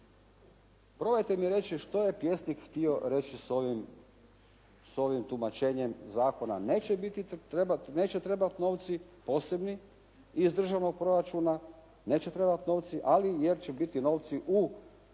Probajte mi reći što je pjesnik htio reći s ovim tumačenjem zakona. Neće trebati novci posebni iz državnog proračuna, neće trebati novci, ali jer će biti novci u, predviđeni